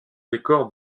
décor